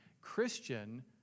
Christian